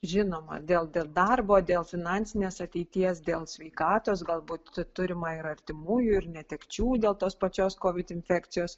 žinoma dėl darbo dėl finansinės ateities dėl sveikatos galbūt turima ir artimųjų ir netekčių dėl tos pačios kovid infekcijos